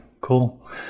cool